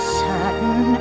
certain